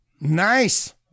Nice